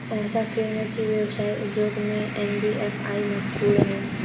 ऐसा क्यों है कि व्यवसाय उद्योग में एन.बी.एफ.आई महत्वपूर्ण है?